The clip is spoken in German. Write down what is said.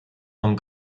von